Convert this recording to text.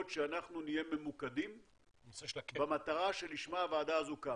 שאנחנו נהיה ממוקדים במטרה שלשמה הוועדה הזו קמה.